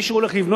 כמו שאתם יודעים,